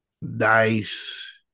nice